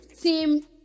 Team